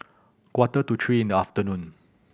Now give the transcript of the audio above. quarter to three in the afternoon